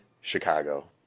Chicago